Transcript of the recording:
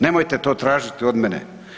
Nemojte to tražiti od mene.